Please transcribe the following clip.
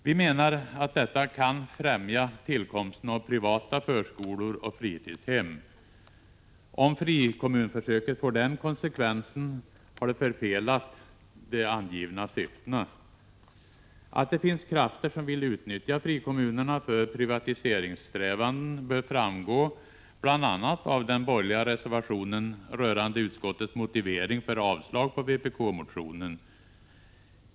Vi menar att detta kan främja tillkomsten av privata förskolor och fritidshem. Om frikommunförsöket får den konsekvensen har det förfelat de angivna syftena. Att det finns krafter som vill utnyttja frikommunerna för privatiseringssträvanden framgår bl.a. av den borgerliga reservationen rörande utskottets motivering för avslag på vpk-motionen.